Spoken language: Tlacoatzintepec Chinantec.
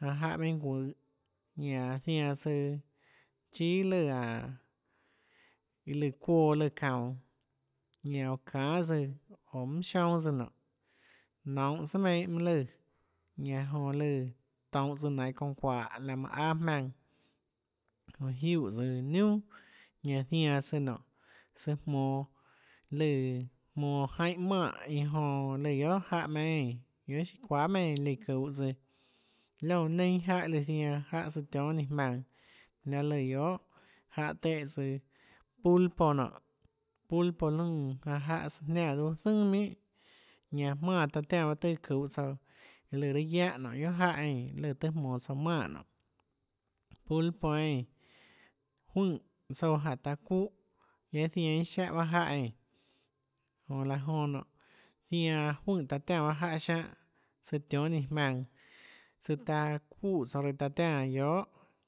Janã jáhã meinhâ guøhå ñanã zianã tsøã chíà lùã anå iã lùã çuoã lùã çaunå ñanã oå çanhâ tsøã oå minhà sionâ tsøã nionê nounhå sùà meinhâ mønâ lùã ñanã jonã lùã tounhå tsøã nainhå çounã çuahå laã manã aâ jmaønã jonã jiuè tsøã niunà ñanã zianã søã nonê søã jmonå lùã jaínhã manè iã jonã lù guiohà jáhã meinhâ eínã guiohà siâ çuahà meinhâ eínã lùã çuhå tsøã liónã neinâ jáhã lùã zianã jáhã søã tionhâ nainhå jmaønã laê lùã guiohà jáhã tõhã tsøã pulpo nonê pulpo lùnã janã jáhã jniánã luâ zønà minhà ñanã jmánã taã tiánã mønâ tøhê çuhå tsouã lùã raâ guiáhã nonê guiohà jáhã eínã lùã tøhê jmonå tsouã manè nonê pulpo eínã juøè tsouã jánhå ta çuè guiaâ zianã iâ siáhã bahâ jáhã eínã jonã laã jonã nonê zianã juøè taã tiánã jáhã siáhãsøã tionhâ nainhå jmaønã søã taã çuè tsouã reã taã tiánã